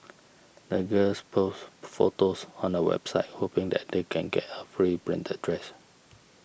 the girls posts photos on a website hoping that they can get a free branded dress